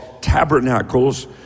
Tabernacles